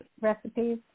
recipes